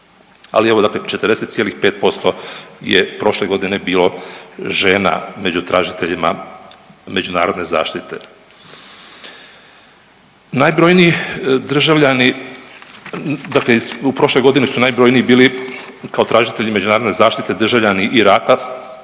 ali evo dakle 40,5% je prošle godine bilo žena među tražiteljima međunarodne zaštite. Najbrojniji državljani, dakle prošle godine su najbrojniji bili kao tražitelji međunarodne zaštite, državljani Iraka